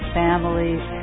families